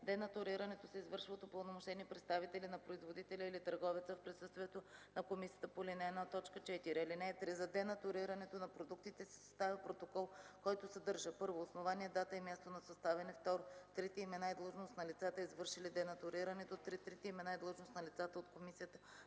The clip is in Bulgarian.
Денатурирането се извършва от упълномощени представители на производителя или търговеца в присъствието на комисията по ал. 1, т. 4. (3) За денатурирането на продуктите се съставя протокол, който съдържа: 1. основание, дата и място на съставяне; 2. трите имена и длъжност на лицата, извършили денатурирането; 3. трите имена и длъжност на лицата от комисията,